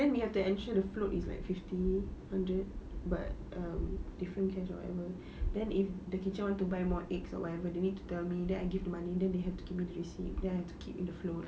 then we have to ensure the float is like fifty hundred but um different cash or whatever then if the kitchen want to buy more eggs or whatever they need to tell me then I give the money then they have to give me the receipt then I have to keep in the float